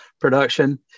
production